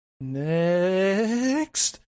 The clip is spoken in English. next